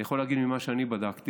אני יכול להגיד ממה שאני בדקתי,